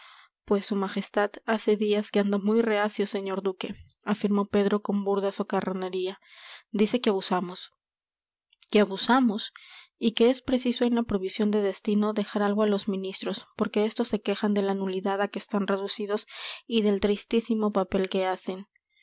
pues su majestad hace días que anda muy reacio señor duque afirmó pedro con burda socarronería dice que abusamos que abusamos y que es preciso en la provisión de destinos dejar algo a los ministros porque estos se quejan de la nulidad a que están reducidos y del tristísimo papel que hacen